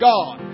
God